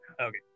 okay